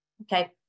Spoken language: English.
okay